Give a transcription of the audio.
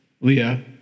Leah